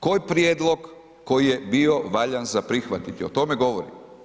Koji prijedlog koji je bio valjan za prihvatiti, o tome govorim.